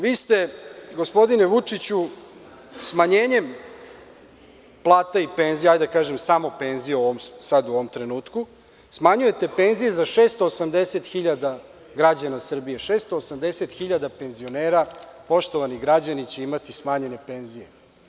Vi ste, gospodine Vučiću, smanjenjem plata i penzija, hajde da kažem samo penzija, sad u ovom trenutku, smanjujete penzije za 680.000 građana Srbije, 680.000 penzionera, poštovani građani, će imati smanjene penzije.